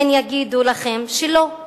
הן יגידו לכם: לא,